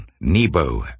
Nebo